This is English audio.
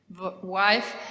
wife